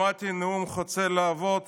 שמעתי נאום חוצב להבות